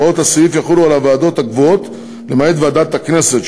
הוראות הסעיף יחולו על הוועדות הקבועות למעט ועדת הכנסת,